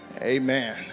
Amen